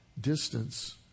distance